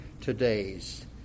today's